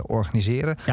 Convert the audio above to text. organiseren